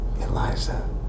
Eliza